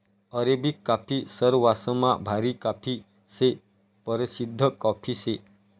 Arabic coffee सरवासमा भारी coffee शे, परशिद्ध कॉफी शे